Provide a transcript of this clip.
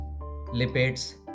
lipids